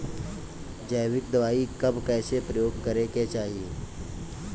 जैविक दवाई कब कैसे प्रयोग करे के चाही?